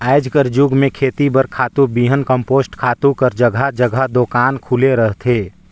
आएज कर जुग में खेती बर खातू, बीहन, कम्पोस्ट खातू कर जगहा जगहा दोकान खुले रहथे